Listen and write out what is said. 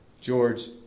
George